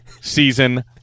season